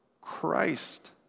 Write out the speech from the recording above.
Christ